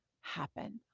happen